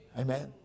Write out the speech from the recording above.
Amen